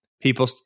people